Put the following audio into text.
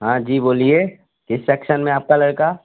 हाँ जी बोलिए किस सेक्शन में आपका लड़का